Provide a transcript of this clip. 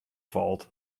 falt